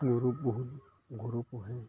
গৰু বহত গৰু পোহে